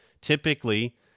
typically